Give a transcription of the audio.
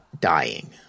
dying